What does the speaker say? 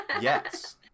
Yes